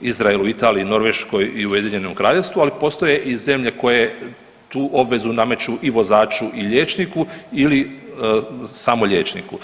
Izraelu, Italiji, Norveškoj i UK, ali postoje i zemlje koje tu obvezu nameću i vozaču i liječniku ili samo liječniku.